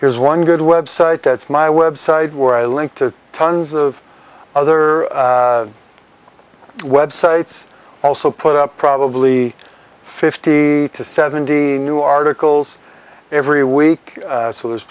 here's one good website that's my website where i link to tons of other websites also put up probably fifty to seventy new articles every week so there's